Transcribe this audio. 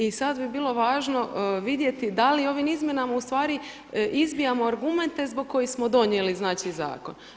I sad bi bilo važno vidjeti da li ovim izmjenama u stvari izbijamo argumente zbog kojih smo donijeli znači zakon.